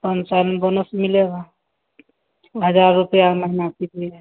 पाँच साल में बोनस मिलेगा हज़ार रुपया महीना कीजिए